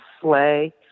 sleigh